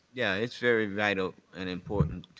yeah. it's very vital and important